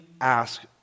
ask